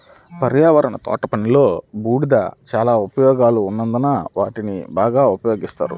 పర్యావరణ తోటపనిలో, బూడిద చాలా ఉపయోగాలు ఉన్నందున వాటిని బాగా ఉపయోగిస్తారు